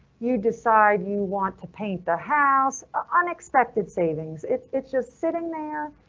you decide you want to paint the house unexpected savings. it's it's just sitting there.